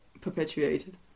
perpetuated